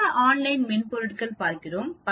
பல ஆன்லைன் மென்பொருள்கள்பார்க்கிறோம்